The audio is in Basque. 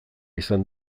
izan